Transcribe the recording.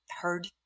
heard